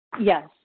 Yes